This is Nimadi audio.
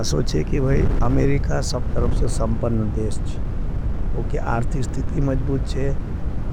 असो चे कि अमेरिका सब तरप से संपन देश चे। उके आर्थी स्थिती मजबूत चे,